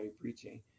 preaching